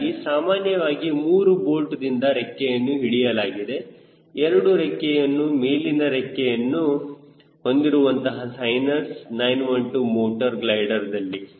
ಹೀಗಾಗಿ ಸಾಮಾನ್ಯವಾಗಿ 3 ಬೋಲ್ಟ್ ದಿಂದ ರೆಕ್ಕೆಯನ್ನು ಹಿಡಿಯಲಾಗಿದೆ ಎರಡು ರೆಕ್ಕೆಯನ್ನು ಮೇಲಿನ ರೆಕ್ಕೆಯನ್ನು ಹೊಂದಿರುವಂತಹ ಸೈನಸ್ 912 ಮೋಟರ್ ಗ್ಲೈಡರ್ದಲ್ಲಿ